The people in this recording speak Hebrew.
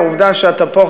העובדה שאתה פה,